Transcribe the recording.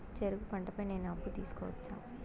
చెరుకు పంట పై నేను అప్పు తీసుకోవచ్చా?